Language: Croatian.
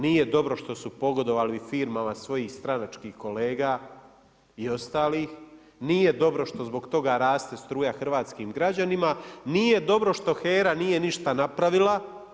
Nije dobro što su pogodovali firmama svojih stranačkih kolega i ostalih, nije dobro što zbog toga raste struja hrvatskim građanima, nije dobro što HERA nije ništa napravila.